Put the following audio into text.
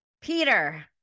Peter